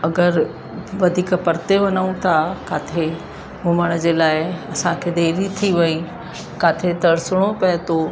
अगरि वधीक परिते वञूं था किथे घुमण जे लाइ असांखे देरी थी वई किथे तरिसणो पए थो